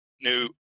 new